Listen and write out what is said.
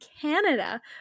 canada